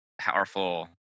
powerful